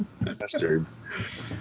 bastards